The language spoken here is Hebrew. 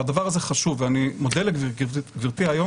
והדבר הזה חשוב ואני מודה לגברתי היום